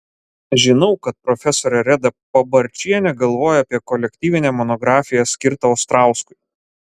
žinau kad profesorė reda pabarčienė galvoja apie kolektyvinę monografiją skirtą ostrauskui